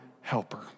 helper